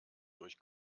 durch